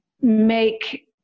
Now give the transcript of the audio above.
make